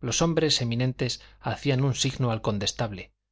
los hombres eminentes hacían un signo al condestable